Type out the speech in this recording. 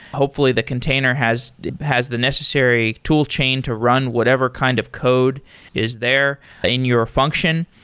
hopefully the container has has the necessary tool chain to run whatever kind of code is there in your function.